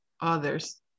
others